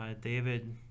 David